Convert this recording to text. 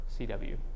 CW